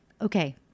Okay